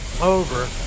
over